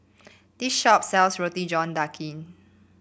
this shop sells Roti John Daging